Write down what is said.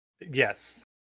Yes